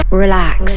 relax